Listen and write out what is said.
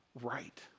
right